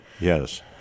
yes